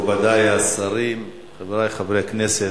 מכובדי השרים, חברי חברי הכנסת,